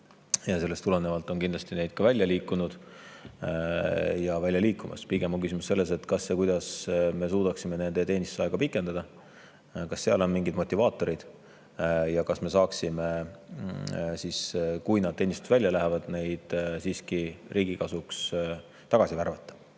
Ja sellest tulenevalt on neid ka [teenistusest] välja liikunud ja välja liikumas. Pigem on küsimus selles, kuidas me suudaksime nende teenistusaega pikendada, kas selleks on mingid motivaatorid ja kas me saaksime neid siis, kui nad teenistusest välja on läinud, siiski riigi kasuks tagasi värvata.